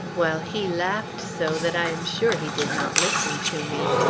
while he laughed so that i am sure he did not listen to me.